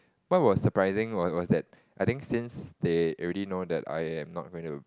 what was surprising was was that I think since they already know that I am not going to